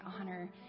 honor